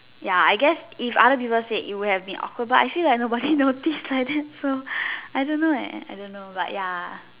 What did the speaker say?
ya I guess if other people say it would have been awkward but I feel like nobody noticed like that so I don't know leh I don't know but ya